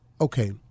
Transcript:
okay